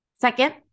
Second